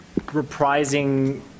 reprising